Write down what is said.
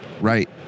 Right